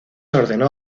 ordenó